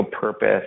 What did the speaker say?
purpose